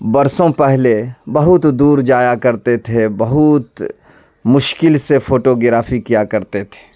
برسوں پہلے بہت دور جایا کرتے تھے بہوت مشکل سے فوٹوگرافی کیا کرتے تھے